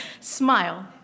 Smile